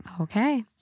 Okay